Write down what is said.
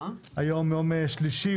היום יום שלישי,